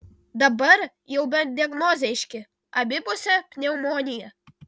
dabar jau bent diagnozė aiški abipusė pneumonija